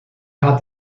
taught